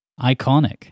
iconic